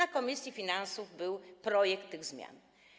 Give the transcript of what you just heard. W komisji finansów był projekt tych zmian.